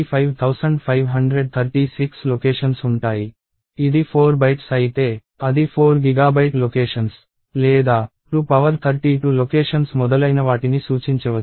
ఇది 4 బైట్స్ అయితే అది 4 గిగాబైట్ లొకేషన్స్ లేదా 232 లొకేషన్స్ మొదలైనవాటిని సూచించవచ్చు